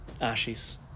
ashes